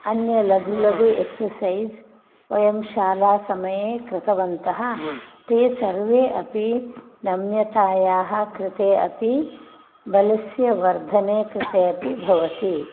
अन्य लघु लघु एक्ससैज़् वयं शाला समये कृतवन्तः ते सर्वे अपि नम्यतायाः कृते अपि बलस्य वर्धने कृते अपि भवति